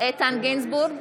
איתן גינזבורג,